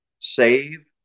Save